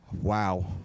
Wow